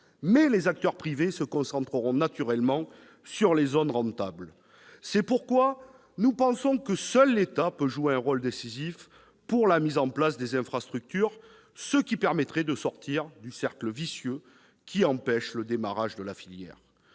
mais les acteurs privés se concentreront naturellement sur les zones rentables. C'est pourquoi nous pensons que seul l'État peut jouer un rôle décisif pour la mise en place des infrastructures, ce qui permettrait de sortir du « cercle vicieux » qui empêche le démarrage de la filière.